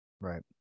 right